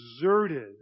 exerted